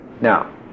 Now